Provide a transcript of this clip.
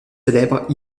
célèbres